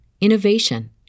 innovation